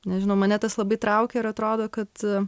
nežinau mane tas labai traukia ir atrodo kad